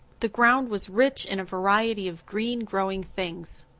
the ground was rich in a variety of green growing things.